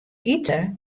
ite